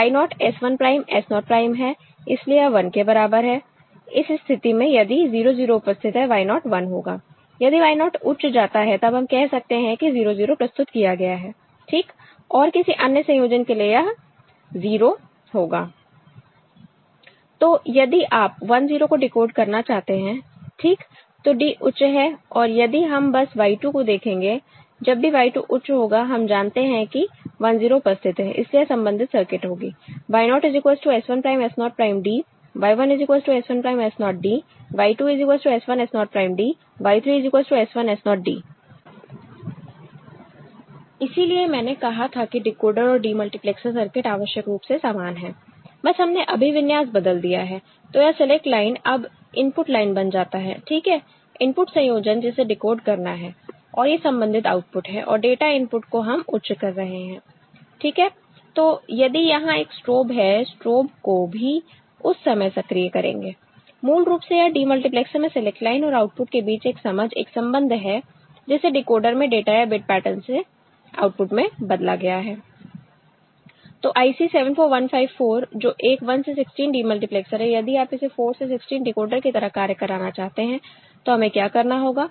Y naught S 1 prime S naught prime है इसलिए यह 1 के बराबर है इस स्थिति में यदि 00 उपस्थित है YO 1 होगा यदि Y naught उच्च जाता है तब हम कह सकते हैं कि 00 प्रस्तुत किया गया है ठीक और किसी अन्य संयोजन के लिए यह 0 होगा तो यदि आप 10 को डिकोड करना चाहते हैं ठीक तो D उच्च है और यदि हम बस Y 2 को देखेंगे जब भी Y 2 उच्च होगा हम जानते हैं कि 10 उपस्थित है इसलिए यह संबंधित सर्किट होगी Y0 S1'S0'D Y1 S1'S0D Y2 S1S0'D Y3 S1S0D इसीलिए मैंने कहा था कि डिकोडर और डिमल्टीप्लेक्सर सर्किट आवश्यक रूप से समान हैं बस हमने अभिविन्यास बदल दिया है तो यह सेलेक्ट लाइन अब इनपुट लाइन बन जाता है ठीक है इनपुट संयोजन जिसे डिकोड करना है और ये संबंधित आउटपुट हैं और डाटा इनपुट को हम उच्च कर रहे हैं ठीक है तो यदि यहां एक स्ट्रोब है स्ट्रोब को भी उस समय सक्रिय करेंगे मूल रूप से यह डीमल्टीप्लेक्सर में सिलेक्ट लाइन और आउटपुट के बीच एक समझ एक संबंध है जिसे डिकोडर में डाटा या बिट पेटर्न से आउटपुट में बदला गया है तो IC 74154 जो एक 1 से 16 डिमल्टीप्लेक्सर है यदि आप इसे 4 से 16 डिकोडर की तरह कार्य कराना चाहते हैं तो हमें क्या करना होगा